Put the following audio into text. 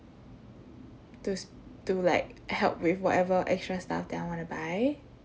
to s~ to like help with whatever extra stuff that I want to buy